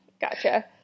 Gotcha